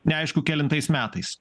neaišku kelintais metais